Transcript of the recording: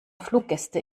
fluggäste